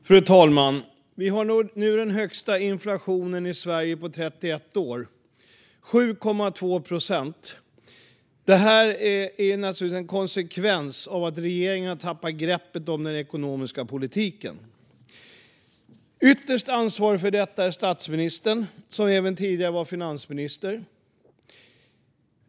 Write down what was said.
Fru talman! Vi har nu den högsta inflationen i Sverige på 31 år: 7,2 procent. Det är naturligtvis en konsekvens av att regeringen har tappat greppet om den ekonomiska politiken. Ytterst ansvarig för detta är statsministern, som även tidigare var finansminister.